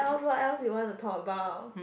what else what else you want to talk about